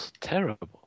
terrible